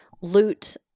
loot